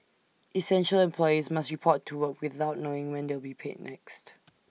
essential employees must report to work without knowing when they'll be paid next